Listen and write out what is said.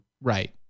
Right